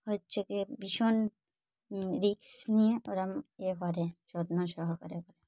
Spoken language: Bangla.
হচ্ছে কি ভীষণ রিস্ক নিয়ে ওরা এ করে যত্ন সহকারে করে